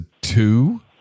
two